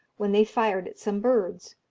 when they fired at some birds.